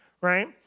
right